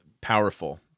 powerful